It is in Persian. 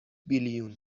بیلیون